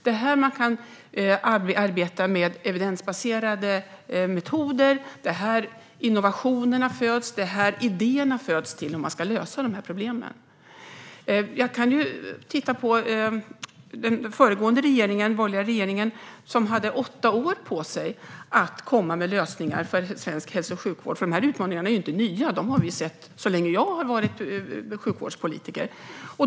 Det är här man kan arbeta med evidensbaserade metoder, det är här innovationerna föds och det är här idéerna föds till hur man ska lösa problemen. Jag kan se på den föregående, borgerliga, regeringen som hade åtta år på sig att komma med lösningar för svensk hälso och sjukvård. Utmaningarna är inte nya, utan dem har vi sett så länge jag har varit sjukvårdspolitiker.